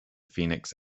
phoenix